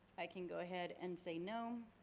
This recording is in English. i can go ahead and say, no.